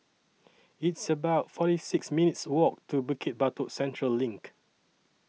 It's about forty six minutes' Walk to Bukit Batok Central LINK